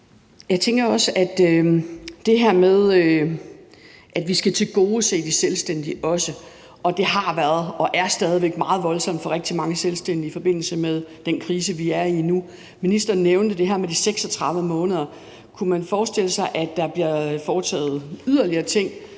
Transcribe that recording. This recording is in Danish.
det. Med hensyn til det her med, at vi også skal tilgodese de selvstændige – og det har været og er stadig meget voldsomt for rigtig mange selvstændige i forbindelse med den krise, vi er i nu – så nævnte ministeren det her med de 36 måneder. Kunne man forestille sig, at der bliver foretaget yderligere ting